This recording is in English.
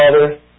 Father